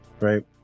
Right